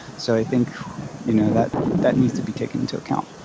so i think you know that that needs to be taken into account.